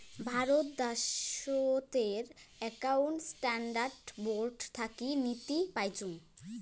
ভারত দ্যাশোতের accounting standard board থাকি নীতি পাইচুঙ